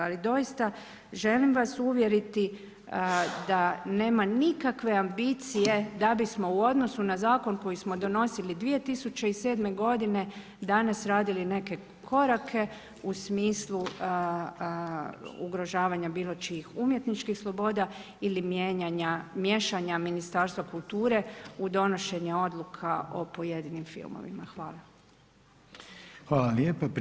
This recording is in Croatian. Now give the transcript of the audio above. Ali, doista, želim vas uvjeriti, da nema nikakve ambicije, da bismo u odnosu na zakon koji smo donosili 2007. g. danas radili neke korake u smislu ugrožavanja bilo čijih umjetničkih sloboda ili mijenjanja, miješanja Ministarstva kulture u donošenje odluka o pojedinim filmovima, hvala.